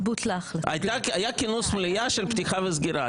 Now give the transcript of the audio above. היה כינוס המליאה של פתיחה וסגירה,